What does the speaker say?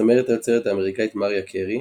הזמרת היוצרת האמריקאית מריה קארי,